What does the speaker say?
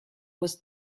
was